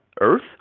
Earth